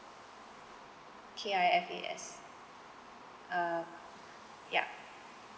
K I F A S uh ya